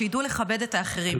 שידעו לכבד את האחרים.